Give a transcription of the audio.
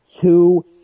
two